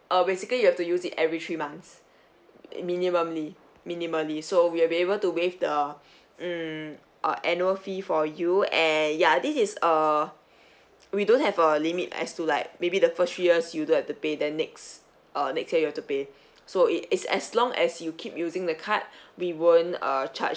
uh basically you have to use it every three months minimumly minimally so we'll be able to waive the mm uh annual fee for you eh ya this is err we don't have a limit as to like maybe the first three years you don't have to pay then next uh next year you have to pay so it is as long as you keep using the card we won't uh charge